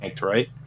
Right